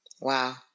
Wow